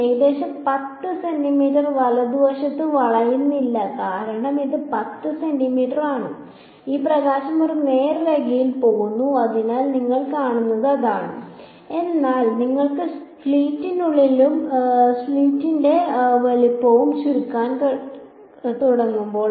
ഏകദേശം 10 സെന്റീമീറ്റർ വലതുവശത്ത് വളയുന്നില്ല കാരണം ഇത് 10 സെന്റീമീറ്ററാണ് ഈ പ്രകാശം ഒരു നേർരേഖയിൽ പോകും അതിനാൽ നിങ്ങൾ കാണുന്നത് അതാണ് എന്നാൽ നിങ്ങൾ സ്ലിറ്റിന്റെ വലുപ്പം ചുരുക്കാൻ തുടങ്ങുമ്പോൾ